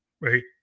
right